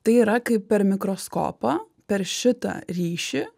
tai yra kaip per mikroskopą per šitą ryšį